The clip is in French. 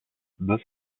deux